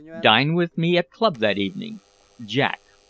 dine with me at club that evening jack.